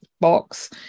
box